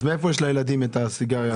אז מאיפה יש לילדים את הסיגריה?